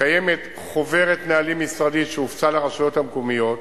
קיימת חוברת נהלים משרדית שהופצה לרשויות המקומיות,